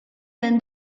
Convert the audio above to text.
when